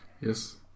Yes